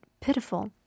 pitiful